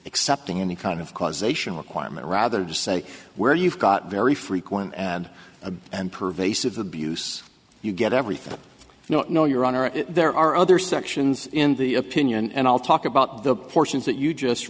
accepting any kind of causation requirement rather just say where you've got very frequent and a and pervasive abuse you get everything if not no your honor there are other sections in the opinion and i'll talk about the portions that you just